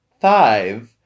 five